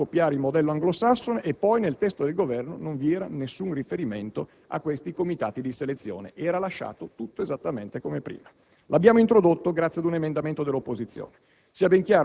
occorreva copiare il modello anglosassone e poi nel testo del Governo non vi era nessun riferimento a questi comitati di selezione, era lasciato tutto esattamente come prima. L'abbiamo introdotto grazie ad un emendamento dell'opposizione.